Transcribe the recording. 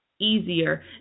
easier